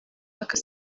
akaba